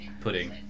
pudding